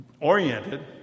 oriented